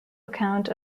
account